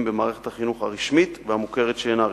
במערכת החינוך הרשמית והמוכרת שאינה רשמית.